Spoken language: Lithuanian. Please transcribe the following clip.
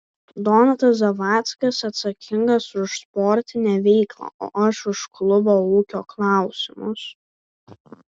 donatas zavackas atsakingas už sportinę veiklą o aš už klubo ūkio klausimus